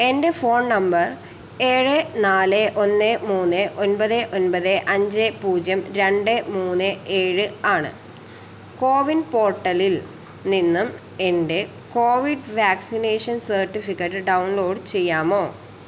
എന്റെ phone number ഏഴ് നാല് ഒന്ന് മൂന്ന് ഒൻപത് ഒൻപത് അഞ്ച് പൂജ്യം രണ്ട് മൂന്ന് ഏഴ് ആണ് കോവിൻ പോർട്ടലിൽ നിന്നും എന്റെ കോവിഡ് വാക്സിനേഷൻ സർട്ടിഫിക്കറ്റ് ഡൗൺലോഡ് ചെയ്യാമോ